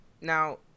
Now